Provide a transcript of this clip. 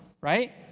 right